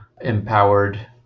empowered